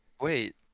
Wait